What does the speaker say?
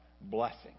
blessing